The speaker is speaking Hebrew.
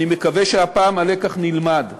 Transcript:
אני מקווה שהפעם הלקח נלמד.